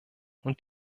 und